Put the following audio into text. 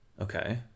Okay